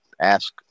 ask